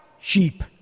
sheep